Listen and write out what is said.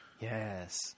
Yes